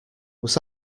was